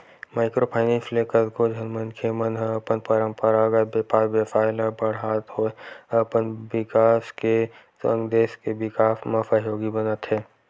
micro finance ले कतको झन मनखे मन ह अपन पंरपरागत बेपार बेवसाय ल बड़हात होय अपन बिकास के संग देस के बिकास म सहयोगी बनत हे